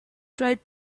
tried